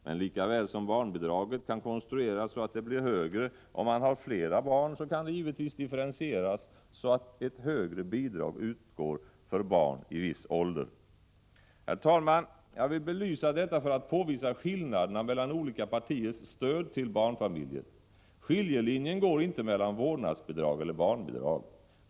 Men lika väl som barnbidraget kan konstrueras så att det blir högre om man har flera barn, kan det givetvis differentieras så att ett högre bidrag utgår för barn i viss ålder. Herr talman! Jag vill belysa detta för att påvisa skillnaderna mellan olika partiers stöd till barnfamiljer. Skiljelinjen går inte mellan vårdnadsbidrag eller barnbidrag.